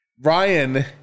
Ryan